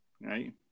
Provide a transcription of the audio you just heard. Right